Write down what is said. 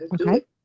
Okay